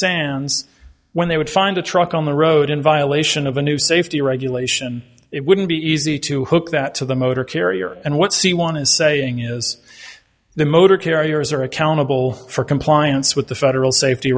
sands when they would find a truck on the road in violation of a new safety regulation it wouldn't be easy to hook that to the motor carrier and what c one is saying is the motor carriers are accountable for compliance with the federal safety